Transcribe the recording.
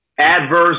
adverse